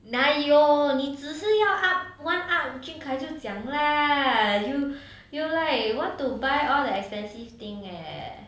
哪有你只是要 up one up jun kai 就讲 lah you you like want to buy all the expensive thing leh